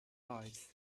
lives